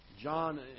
John